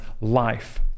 life